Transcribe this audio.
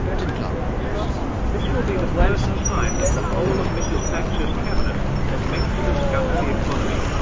tim clark reports this will be the first time that the whole of mrs thatcher's cabinet has met to discuss the economy.